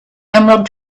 emerald